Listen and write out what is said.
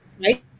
right